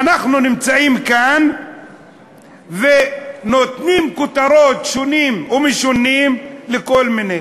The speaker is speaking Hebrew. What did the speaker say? ואנחנו נמצאים כאן ונותנים כותרות שונות ומשונות לכל מיני,